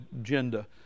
agenda